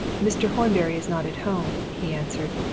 mr. horbury is not at home, he answered.